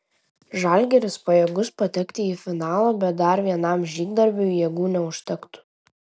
žalgiris pajėgus patekti į finalą bet dar vienam žygdarbiui jėgų neužtektų